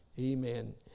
Amen